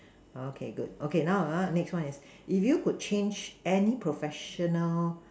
okay good okay now next one is if you could change any professional